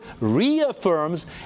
reaffirms